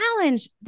challenge